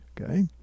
Okay